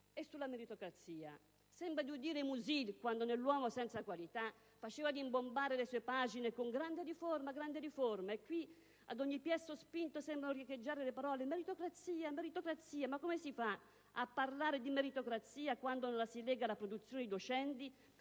E sulla meritocrazia, sembra di udire Musil quando, ne "L'uomo senza qualità", faceva rimbombare le sue pagine "Grande riforma! Grande riforma!". Qui, invece, ad ogni piè sospinto sembra riecheggiare «Meritocrazia! Meritocrazia!». Ma come si fa a parlare di meritocrazia quando non la si lega alla produzione dei docenti,